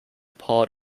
part